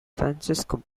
francisco